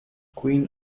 queen